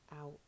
out